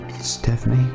Stephanie